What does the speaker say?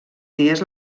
dies